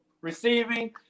receiving